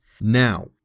Now